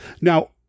now